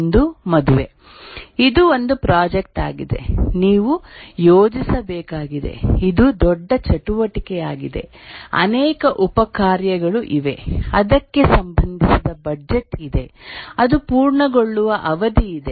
ಒಂದು ಮದುವೆ ಇದು ಒಂದು ಪ್ರಾಜೆಕ್ಟ್ ಆಗಿದೆ ನೀವು ಯೋಜಿಸಬೇಕಾಗಿದೆ ಇದು ದೊಡ್ಡ ಚಟುವಟಿಕೆಯಾಗಿದೆ ಅನೇಕ ಉಪ ಕಾರ್ಯಗಳು ಇವೆ ಅದಕ್ಕೆ ಸಂಬಂಧಿಸಿದ ಬಜೆಟ್ ಇದೆ ಅದು ಪೂರ್ಣಗೊಳ್ಳುವ ಅವಧಿ ಇದೆ